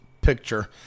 picture